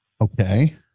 Okay